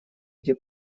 где